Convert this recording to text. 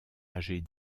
âgée